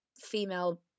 female